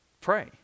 pray